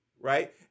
Right